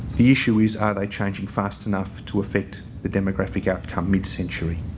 the issue is are they changing fast enough to affect the demographic outcome midcentury?